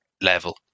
level